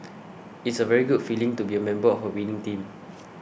it's a very good feeling to be a member of a winning team